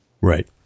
Right